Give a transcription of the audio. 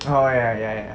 oh ya ya ya